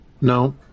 No